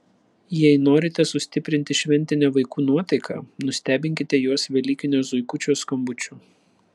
jei norite sustiprinti šventinę vaikų nuotaiką nustebinkite juos velykinio zuikučio skambučiu